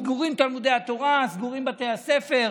סגורים תלמודי התורה, סגורים בתי הספר,